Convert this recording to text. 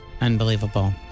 unbelievable